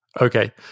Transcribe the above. okay